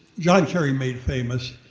john kerry made famous,